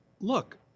look